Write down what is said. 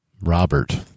Robert